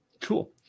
Cool